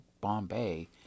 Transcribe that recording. Bombay